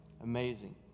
Amazing